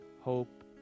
hope